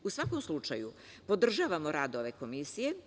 U svakom slučaju, podržavamo rad ove Komisije.